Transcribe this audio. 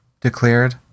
declared